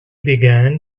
began